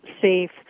safe